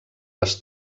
les